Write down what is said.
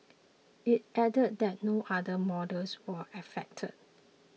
it added that no other models were affected